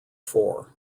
four